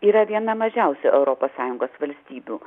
yra viena mažiausių europos sąjungos valstybių